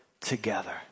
together